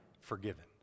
forgiven